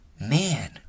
man